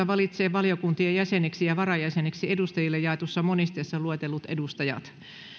valitsee valiokuntien jäseniksi ja varajäseniksi edustajille jaetussa monisteessa luetellut edustajat